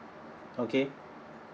okay